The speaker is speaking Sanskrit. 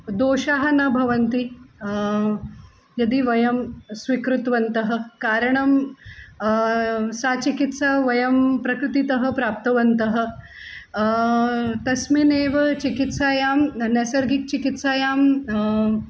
दोषाः न भवन्ति यदि वयं स्वीकृतवन्तः कारणं सा चिकित्सा वयं प्रकृतितः प्राप्तवन्तः तस्मिन्नेव चिकित्सायां न नैसर्गिकचिकित्सायां